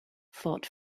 fought